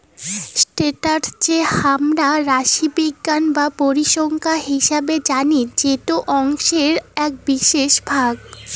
status কে হামরা রাশিবিজ্ঞান বা পরিসংখ্যান হিসেবে জানি যেটো অংকের এক বিশেষ ভাগ